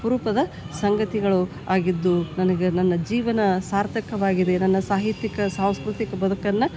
ಅಪರೂಪದ ಸಂಗತಿಗಳು ಆಗಿದ್ದು ನನಗೆ ನನ್ನ ಜೀವನ ಸಾರ್ಥಕವಾಗಿದೆ ನನ್ನ ಸಾಹಿತ್ಯಿಕ್ಕೆ ಸಾಂಸ್ಕೃತಿಕ ಬದುಕನ್ನು